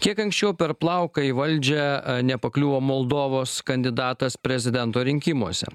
kiek anksčiau per plauką į valdžią nepakliuvo moldovos kandidatas prezidento rinkimuose